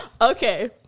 Okay